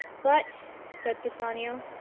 but, said bassanio,